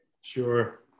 Sure